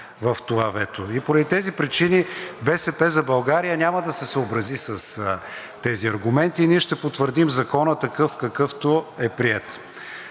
в това вето. И поради тези причини „БСП за България“ няма да се съобрази с тези аргументи и ние ще потвърдим Закона такъв, какъвто е приет.